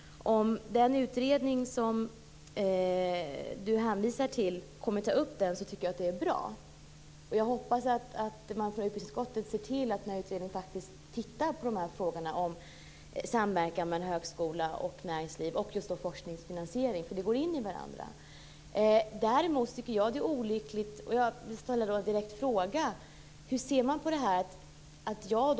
Om den utredning som Majléne Westerlund Panke hänvisar till kommer att ta upp den tycker jag att det är bra. Jag hoppas att man från utskottet ser till att den här utredningen faktiskt tittar närmare på frågorna om samverkan mellan högskola och näringsliv, särskilt forskningens finansiering, för det går in i varandra. Däremot tycker jag att en sak är olycklig, och jag vill ställa en direkt fråga.